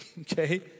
okay